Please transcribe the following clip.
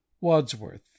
wadsworth